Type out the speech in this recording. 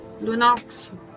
lunox